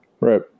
Right